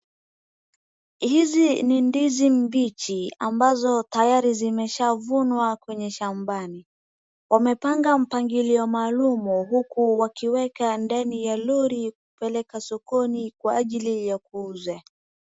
Hizi ni ndizi mbichi ambazo tayari zimeshavunwa kwenye shambani. Wamepanga mpangilio maalum huku wakiweka ndani ya lori kupeleka sokoni kwa ajili ya kuuza.